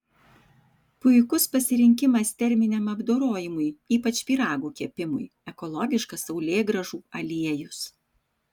puikus pasirinkimas terminiam apdorojimui ypač pyragų kepimui ekologiškas saulėgrąžų aliejus